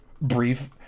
brief